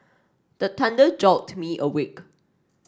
the thunder jolt me awake